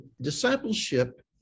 discipleship